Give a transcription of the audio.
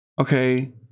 okay